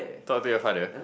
talk a bit your father